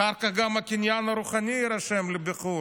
אחר כך גם הקניין הרוחני יירשם בחו"ל,